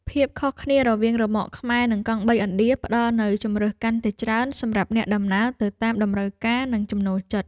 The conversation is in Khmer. ភាពខុសគ្នារវាងរ៉ឺម៉កខ្មែរនិងកង់បីឥណ្ឌាផ្តល់នូវជម្រើសកាន់តែច្រើនសម្រាប់អ្នកដំណើរទៅតាមតម្រូវការនិងចំណូលចិត្ត។